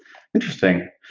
interesting.